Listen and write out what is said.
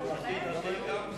ההחלטה צריכה להיות שלהם.